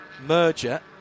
merger